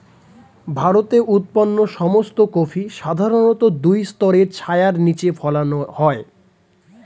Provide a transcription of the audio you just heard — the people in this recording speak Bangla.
ভারতে উৎপন্ন সমস্ত কফি সাধারণত দুই স্তরের ছায়ার নিচে ফলানো হয়